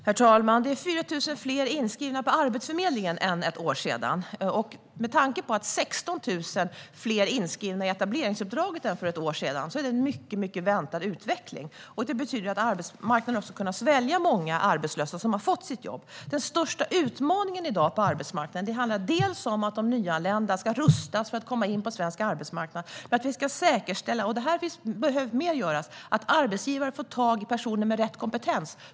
Herr talman! Det är 4 000 fler inskrivna på Arbetsförmedlingen än för ett år sedan. Med tanke på att det är 16 000 fler inskrivna i etableringsuppdraget än för ett år sedan är det en mycket väntad utveckling. Det betyder att arbetsmarknaden ska kunna svälja många arbetslösa som har fått sitt jobb. Den största utmaningen i dag på arbetsmarknaden handlar dels om att de nyanlända ska rustas för att komma in på svensk arbetsmarknad, dels om att vi ska säkerställa - och här behöver mer göras - att arbetsgivare får tag i personer med rätt kompetens.